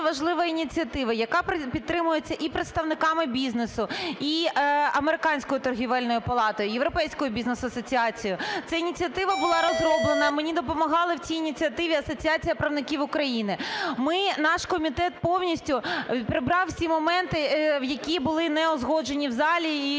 важлива ініціатива, яка підтримується і представниками бізнесу, і Американською торгівельною палатою, "Європейською Бізнес Асоціацією", ця ініціатива була розроблена, мені допомагали в цій ініціативі Асоціація правників України. Ми, наш комітет, повністю прибрав всі моменти, які були неузгоджені в залі і